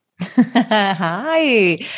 hi